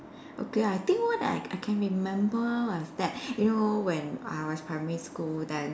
okay I think what I I can remember is that you know when I was primary school then